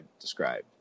described